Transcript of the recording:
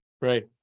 Right